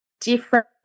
different